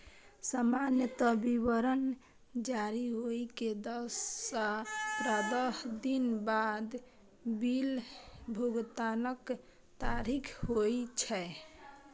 सामान्यतः विवरण जारी होइ के दस सं पंद्रह दिन बाद बिल भुगतानक तारीख होइ छै